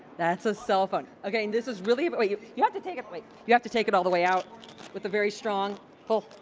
that's a cell phone. okay, and this is really but you you have to take it wait, you have to take it all the way out with a very strong pull.